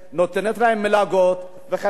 נותנת להם מלגות וכן הלאה.